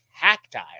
tactile